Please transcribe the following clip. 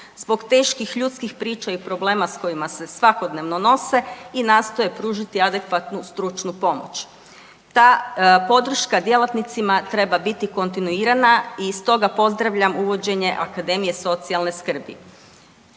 zbog teških ljudskih priča i problema s kojima se svakodnevno nose i nastoje pružiti adekvatnu stručnu pomoć. Ta podrška djelatnicima treba biti kontinuirana i stoga pozdravljam uvođenje Akademije socijalne skrbi.